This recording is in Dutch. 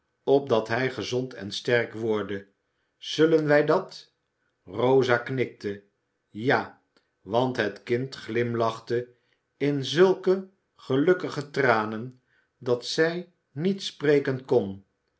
opdat hij gezond en sterk worde zullen wij dat rosa knikte ja want het kind glimlachte in zulke gelukkige tranen dat zij niet spreken kon